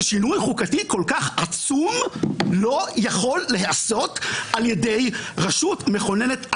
ששינויי חוקתי כל כך עצום לא יכול להיעשות על ידי רשות מכוננת אחת,